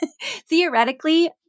theoretically